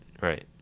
right